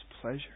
pleasure